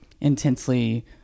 intensely